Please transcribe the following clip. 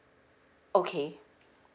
okay